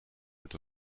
het